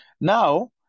Now